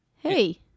Hey